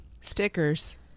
Stickers